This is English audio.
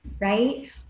right